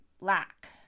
lack